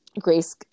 Grace